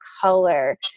color